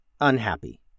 unhappy